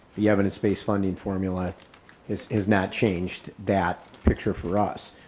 the evidence-base funding formula is is not changed that picture for us.